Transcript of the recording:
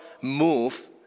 move